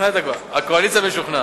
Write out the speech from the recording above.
הקואליציה משוכנעת.